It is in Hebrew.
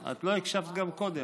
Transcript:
עאידה, את לא הקשבת גם קודם.